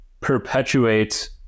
perpetuates